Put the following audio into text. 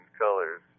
colors